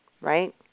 right